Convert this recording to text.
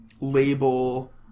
label